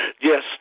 Yes